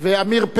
רבותי, בבקשה.